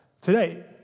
today